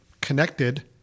connected